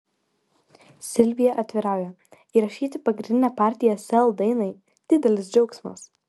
silvija atvirauja įrašyti pagrindinę partiją sel dainai didelis džiaugsmas